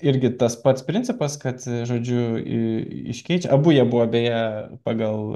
irgi tas pats principas kad žodžiu į iškeič abu jie buvo beje pagal